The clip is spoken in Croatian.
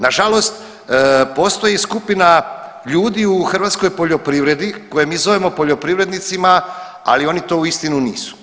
Nažalost, postoji skupina ljudi u hrvatskoj poljoprivredi koje mi zovemo poljoprivrednicima, ali oni to uistinu nisu.